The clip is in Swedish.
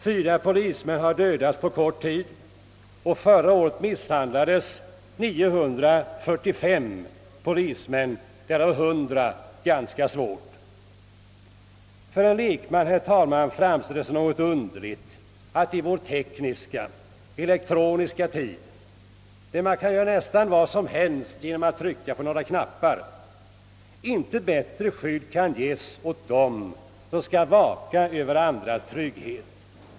Fyra polismän har dödats på kort tid och förra året misshandlades 945 polismän, därav 100 ganska svårt. För en lekman framstår det som något underligt att i vår tekniska och elektroniska tid, när man kan göra nästan vad som helst genom att trycka på knappar, inte bättre skydd kan ges åt den som skall vaka över andras trygghet.